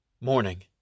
Morning